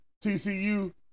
TCU